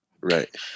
right